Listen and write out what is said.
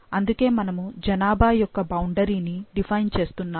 అందుకే మనము జనాభా యొక్క బౌండరీ ని డిఫైన్ చేస్తున్నాము